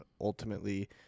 ultimately